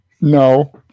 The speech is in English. No